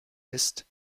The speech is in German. ist